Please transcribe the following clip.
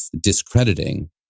discrediting